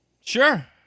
sure